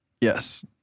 Yes